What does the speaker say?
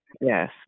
Yes